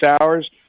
hours